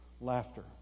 Laughter